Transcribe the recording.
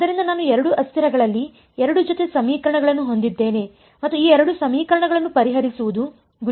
ಆದ್ದರಿಂದ ನಾನು 2 ಅಸ್ಥಿರಗಳಲ್ಲಿ 2 ಜೋತೆ ಸಮೀಕರಣಗಳನ್ನು ಹೊಂದಿದ್ದೇನೆ ಮತ್ತು ಈ 2 ಸಮೀಕರಣಗಳನ್ನು ಪರಿಹರಿಸುವುದು ಗುರಿಯಾಗಿದೆ